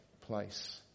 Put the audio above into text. place